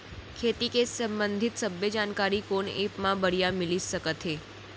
खेती के संबंधित सब्बे जानकारी कोन एप मा बढ़िया मिलिस सकत हे?